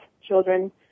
children